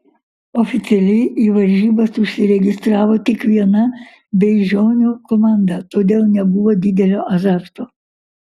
oficialiai į varžybas užsiregistravo tik viena beižionių komanda todėl nebuvo didelio azarto